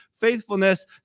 faithfulness